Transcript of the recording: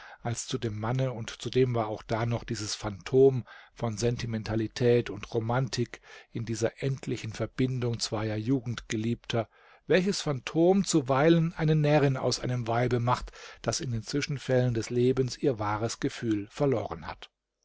als zu dem manne und zudem war auch da noch dieses phantom von sentimentalität und romantik in dieser endlichen verbindung zweier jugendgeliebter welches phantom zuweilen eine närrin aus einem weibe macht das in den zwischenfällen des lebens ihr wahres gefühl verloren hat